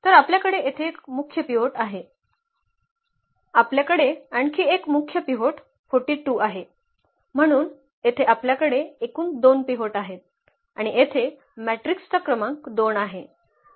तर आपल्याकडे येथे एक मुख्य पिव्होट आहे आपल्याकडे आणखी एक मुख्य पिव्होट 42 आहे म्हणून येथे आपल्याकडे एकूण 2 पिव्होट आहेत आणि येथे मॅट्रिक्सचा क्रमांक 2 आहे